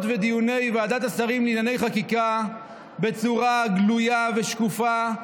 ודיוני ועדת השרים לענייני חקיקה בצורה גלויה ושקופה,